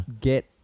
get